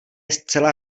zcela